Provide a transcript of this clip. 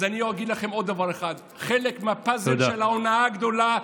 אז אני אגיד לכם עוד דבר אחד: חלק מהפאזל של ההונאה הגדולה,